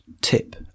tip